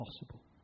possible